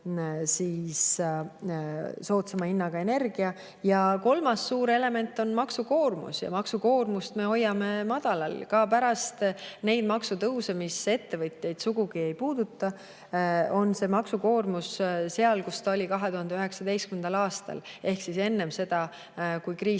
soodsama hinnaga energiat. Ja kolmas suur element on maksukoormus. Maksukoormust me hoiame madalal. Ka pärast neid maksutõuse, mis ettevõtjaid sugugi ei puuduta, on maksukoormus [tasemel], kus see oli 2019. aastal ehk enne seda, kui kriisid